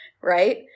right